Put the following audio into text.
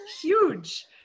huge